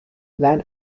land